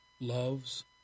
loves